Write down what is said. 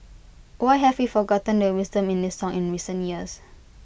why have we forgotten the wisdom in this song in recent years